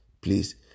please